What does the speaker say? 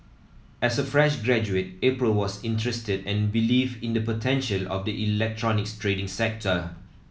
as a fresh graduate April was interested and believed in the potential of the electronics trading sector